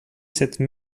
cette